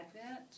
Advent